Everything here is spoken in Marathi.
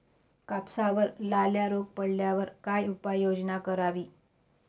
कापसावर लाल्या रोग पडल्यावर काय उपाययोजना करावी?